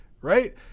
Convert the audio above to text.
right